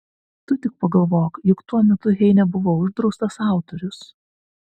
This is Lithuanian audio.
tu tik pagalvok juk tuo metu heine buvo uždraustas autorius